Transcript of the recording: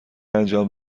انجام